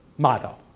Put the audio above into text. motto.